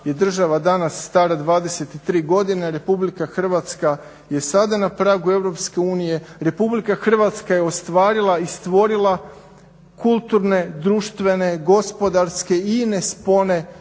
država danas stara 23. godine, RH je sada na pragu EU, RH je ostvarila i stvorila kulturne, društvene, gospodarske ine spone